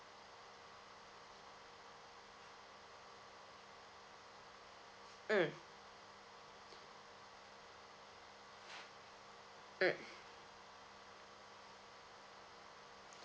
mm mm